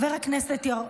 אני כאן.